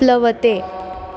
प्लवते